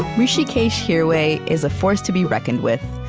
hrishikesh hirway is a force to be reckoned with.